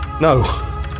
No